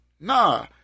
nah